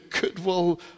goodwill